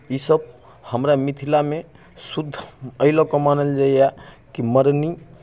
ई सभ हमरा मिथिलामे शुद्ध अइ लऽ कऽ मानल जाइए कि मरनी